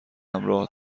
همراه